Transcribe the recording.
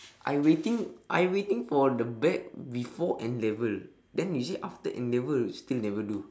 I waiting I waiting for the bag before N-level then you say after N-level still never do